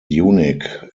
unique